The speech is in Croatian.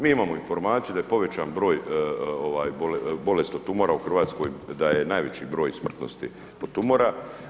Mi imamo informaciju da je povećan broj bolesti tumora u RH, da je najveći broj smrtnosti od tumora.